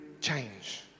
change